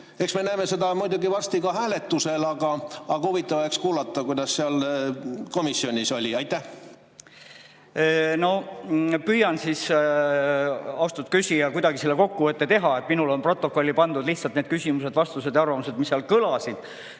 Eks me näeme seda muidugi varsti ka hääletusel, aga huvitav oleks kuulata, kuidas komisjonis arutelu oli. Püüan siis, austatud küsija, kuidagi selle kokkuvõtte teha. Minul on protokolli pandud lihtsalt küsimused, vastused ja arvamused, mis seal kõlasid,